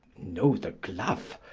know the gloue?